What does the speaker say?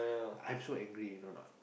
I'm so angry you know a not